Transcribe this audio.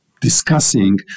discussing